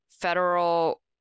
federal